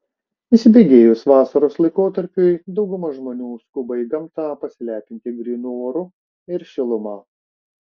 įsibėgėjus vasaros laikotarpiui dauguma žmonių skuba į gamtą pasilepinti grynu oru ir šiluma